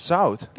Zout